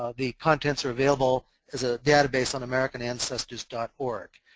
ah the contents are available as a database on american ancestors dot org.